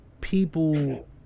people